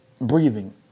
breathing